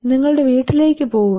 നിങ്ങളുടെ വീട്ടിലേക്ക് പോകുക